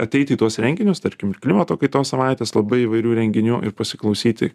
ateiti į tuos renginius tarkim ir klimato kaitos savaitės labai įvairių renginių ir pasiklausyti